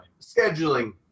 Scheduling